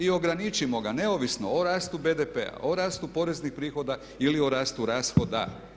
I ograničimo ga neovisno o rastu BDP, o rastu poreznih prihoda ili o rastu rashoda.